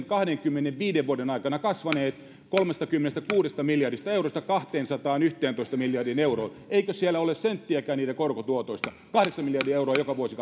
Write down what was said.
kahdenkymmenenviiden vuoden aikana kasvaneet kolmestakymmenestäkuudesta miljardista eurosta kahteensataanyhteentoista miljardiin euroon eikö siellä ole senttiäkään niistä korkotuotoista kahdeksan miljardia euroa joka vuosi